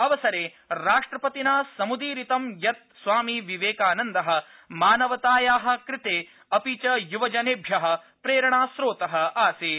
अवसरेऽस्मिन् राष्ट्रपतिना समुदीरितं यत् स्वामी विवेकानन्दः मानवतायाः कृते अपि च युवजनेभ्यः प्रेरणास्रोतः आसीत्